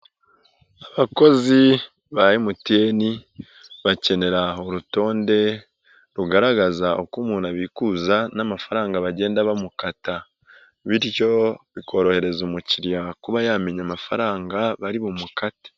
Abakozi ba emutiyeni bakenera urutonde rugaragaza uko umuntu abikuza n'amafaranga bagenda bamukata, bityo bikorohereza umukiriya kuba yamenya amafaranga bari bumukate.